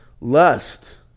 Lust